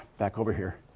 back over here.